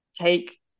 take